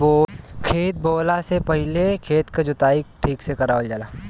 खेत बोवला से पहिले खेत के जोताई ठीक से करावल जाला